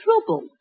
trouble